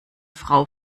frau